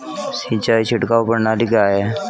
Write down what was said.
सिंचाई छिड़काव प्रणाली क्या है?